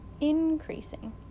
increasing